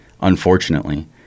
unfortunately